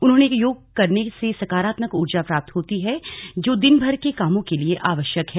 उन्होंने कहा योग करने से सकारात्मक ऊर्जा प्राप्त होती है जो दिन भर के कामों के लिए आवश्यक है